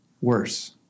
worse